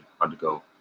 undergo